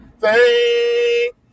Thank